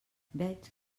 veig